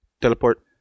Teleport